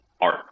art